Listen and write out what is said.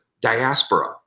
diaspora